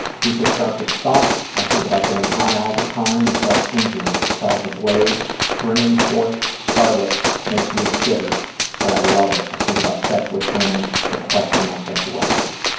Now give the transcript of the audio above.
deepest darkest thoughts, i think about getting high all the time and self injury. the thought of a blade bringing forth scarlet makes me shiver but i love it. i think about sex with women but question my sexuality.